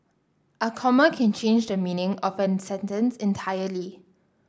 a comma can change the meaning of a sentence entirely